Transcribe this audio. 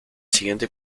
siguiente